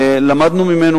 למדנו ממנו.